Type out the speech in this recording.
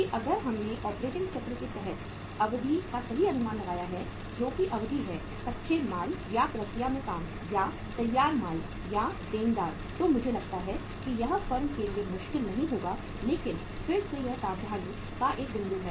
कि अगर हमने ऑपरेटिंग चक्र के तहत अवधि का सही अनुमान लगाया है जो की अवधि है कच्चे माल या प्रक्रिया में काम या तैयार माल या देनदार तो मुझे लगता है कि यह फर्म के लिए मुश्किल नहीं होगा लेकिन फिर से यह सावधानी का एक बिंदु है